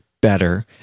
better